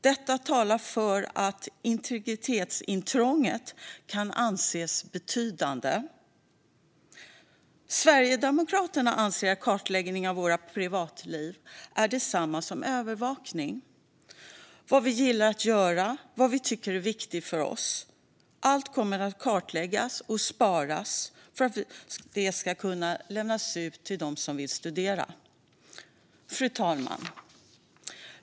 Det talar för att integritetsintrånget kan anses betydande." Sverigedemokraterna anser att kartläggning av våra privatliv är detsamma som övervakning. Vad vi gillar att göra och vad vi tycker är viktigt - allt - kommer att kartläggas och sparas för att kunna lämnas ut till dem som vill studera oss. Fru talman!